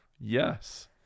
yes